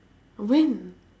when